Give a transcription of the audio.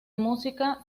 música